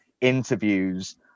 interviews